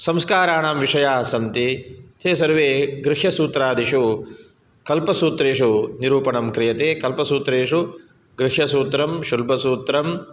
संस्काराणां विषयाः सन्ति ते सर्वे गृह्यसूत्रादिषु कल्पसूत्रेषु निरूपणं क्रियते कल्पसूत्रेषु गृह्यसूत्रं शुल्बसूत्रं